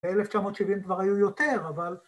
‫1970 כבר היו יותר, אבל...